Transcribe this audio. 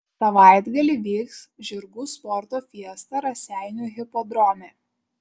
savaitgalį vyks žirgų sporto fiesta raseinių hipodrome